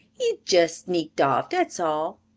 he's jess sneaked off, dat's all.